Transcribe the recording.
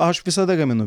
aš visada gaminu